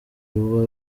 ruba